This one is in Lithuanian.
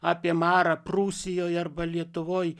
apie marą prūsijoje arba lietuvoj